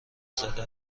زده